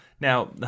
Now